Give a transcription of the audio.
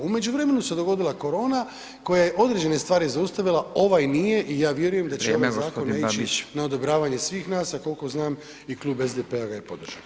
U međuvremenu se dogodila korona koja je određene stvari zaustavila, ovaj nije i ja vjerujem da će [[Upadica: Vrijeme g. Babić.]] ovaj zakon ići na odobravanje svih nas, a koliko znam i Klub SDP-a ga je podržao.